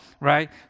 right